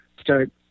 start